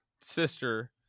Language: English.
sister